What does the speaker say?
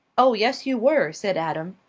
oh, yes, you were, said adam.